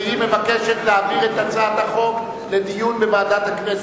והיא מבקשת להעביר את הצעת החוק לדיון בוועדת הכנסת.